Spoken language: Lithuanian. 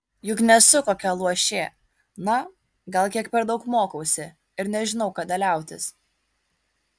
juk nesu kokia luošė na gal kiek per daug mokausi ir nežinau kada liautis